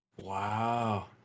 Wow